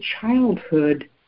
childhood